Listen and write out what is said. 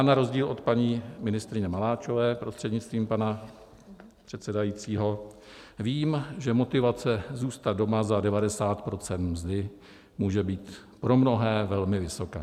Na rozdíl od paní ministryně Maláčové, prostřednictvím pana předsedajícího, vím, že motivace zůstat doma za 90 % mzdy může být pro mnohé velmi vysoká.